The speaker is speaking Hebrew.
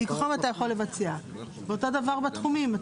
אותו דבר בתחומים,